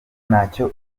ntacyo